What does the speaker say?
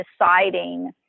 deciding